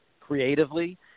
creatively